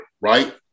right